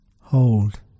hold